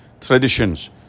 traditions